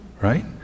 Right